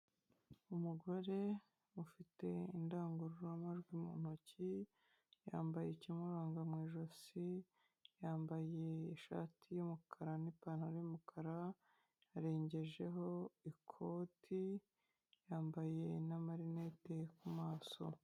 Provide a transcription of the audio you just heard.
Umugore ufite indangururamajwi mu ntoki, yambaye ikimuranga mu ijosi, yambaye ishati y'umukara n'ipantaro y'umukara, yarengejeho ikoti, yambaye n'amarinete ku maso.